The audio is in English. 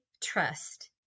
trust